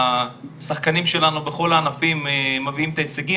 שהשחקנים שלנו בכל הענפים מביאים את ההישגים.